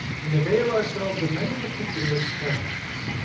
and avail ourselves of many particular experiments.